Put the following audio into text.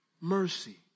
Mercy